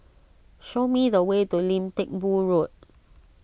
show me the way to Lim Teck Boo Road